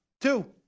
two